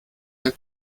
der